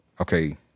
okay